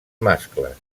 mascles